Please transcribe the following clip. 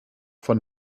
von